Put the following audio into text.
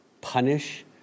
punish